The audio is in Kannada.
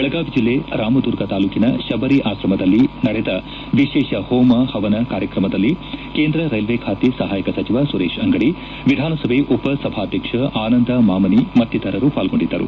ಬೆಳಗಾವಿ ಜಿಲ್ಲೆ ರಾಮದುರ್ಗ ತಾಲೂಕಿನ ಶಬರಿ ಆಶ್ರಮದಲ್ಲಿ ನಡೆದ ವಿಶೇಷ ಹೋಮ ಹವನ ಕಾರ್ಯಕ್ರಮದಲ್ಲಿ ಕೇಂದ್ರ ರೈಲ್ವೆ ಖಾತೆ ಸಹಾಯಕ ಸಚಿವ ಸುರೇಶ ಅಂಗಡಿ ವಿಧಾನಸಭೆ ಉಪ ಸಭಾಧ್ಯಕ್ಷ ಆನಂದ ಮಾಮನಿ ಮತ್ತಿತರರು ಪಾಲ್ಗೊಂಡಿದ್ದರು